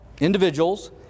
individuals